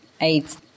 Eight